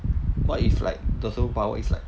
what if like the superpower is like